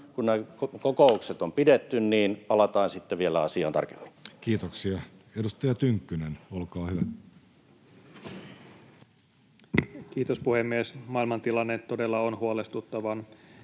nämä kokoukset on pidetty, palataan sitten vielä asiaan tarkemmin. Kiitoksia. — Edustaja Tynkkynen, olkaa hyvä. Kiitos puhemies! Maailmantilanne todella on huolestuttavan